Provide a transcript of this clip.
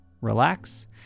relax